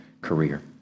career